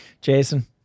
Jason